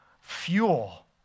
fuel